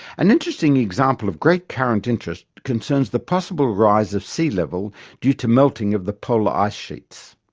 an interesting example of great current interest concerns the possible rise of sea level due to melting of the polar ice sheets.